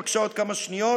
בבקשה עוד כמה שניות.